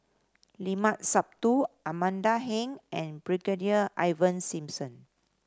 Limat Sabtu Amanda Heng and Brigadier Ivan Simson